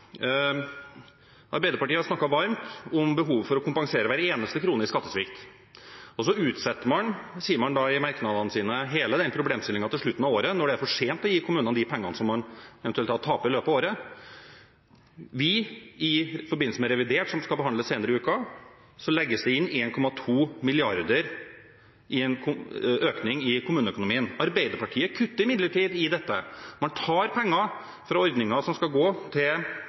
Arbeiderpartiet har snakket varmt om behovet for å kompensere hver eneste krone i skattesvikt, og så utsetter man – sier man i merknadene sine – hele den problemstillingen til slutten av året, når det er for sent å gi kommunene de pengene som man eventuelt taper i løpet av året. I forbindelse med revidert, som skal behandles senere i uken, legges det inn en økning på 1,2 mrd. kr i kommuneøkonomien. Arbeiderpartiet kutter imidlertid i dette. Man tar penger fra ordninger som skal gå til